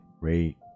rate